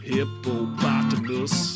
Hippopotamus